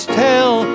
tell